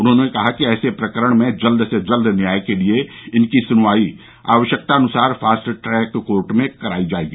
उन्हॉने कहा कि ऐसे प्रकरणों में जल्द से जल्द न्याय के लिए इनकी सुनवाई आवश्यकतानुसार फास्ट ट्रैक कोर्ट में करायी जायेगी